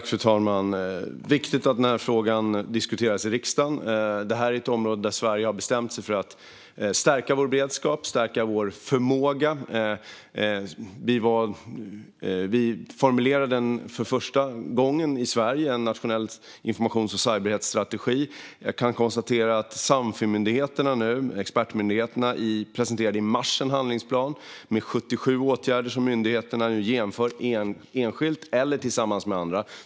Fru talman! Det är viktigt att den här frågan diskuteras i riksdagen. Detta är ett område där Sverige har bestämt sig för att stärka sin beredskap och sin förmåga. Vi formulerade för första gången i Sverige en nationell informations och cybersäkerhetsstrategi. Expertmyndigheterna i Samfi presenterade i mars en handlingsplan med 77 åtgärder som myndigheterna nu genomför enskilt eller tillsammans med andra.